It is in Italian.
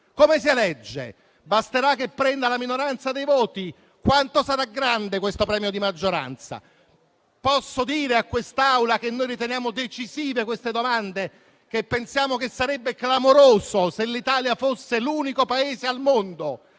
Consiglio? Basterà che prenda la minoranza dei voti? Quanto sarà grande questo premio di maggioranza? Posso dire a quest'Assemblea che riteniamo decisive queste domande e che pensiamo che sarebbe clamoroso se l'Italia fosse l'unico Paese al mondo